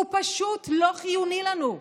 הוא פשוט לא חיוני לנו.